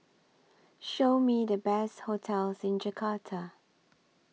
Show Me The Best hotels in Jakarta